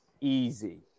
Easy